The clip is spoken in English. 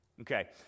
Okay